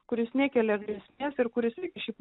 kuris nekelia grėsmės ir kuris irgi šiaip